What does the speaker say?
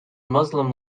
muslim